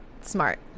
Smart